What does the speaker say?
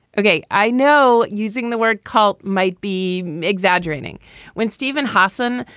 okay. i know using the word cult might be exaggerating when stephen hossen,